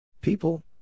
People